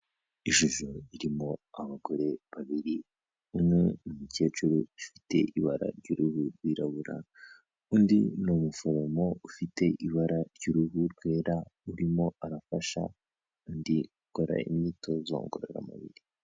Ishusho irimo abagore babiri, umwe ni umukecuru ufite ibara ry'uruhu rwirabura, undi ni umuforomo ufite ibara ry'uruhu rwera urimo arafasha undi gukora imyitozo ngororamubiri.